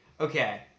Okay